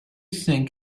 think